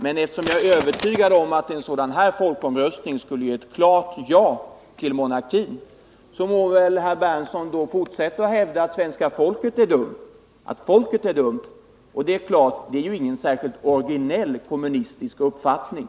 Men jag är övertygad om att en sådan folkomröstning skulle ge ett klart ja för monarkin, och då må väl herr Berndtson fortsätta hävda att folket är dumt — och det är ju inte någon särskilt originell kommunistisk uppfattning.